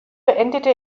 beendete